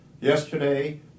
Yesterday